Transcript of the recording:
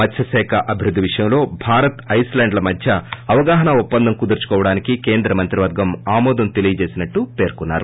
మత్సశాఖ అభివృద్ధి విషయంలో భారత్ ఐస్లాండ్ మధ్య అవగాహన ఒప్పందం కుదుర్చుకోవడానికే కేంద్ర మంత్రి వర్గం ఆమోదం తెలిపిందని చెప్పారు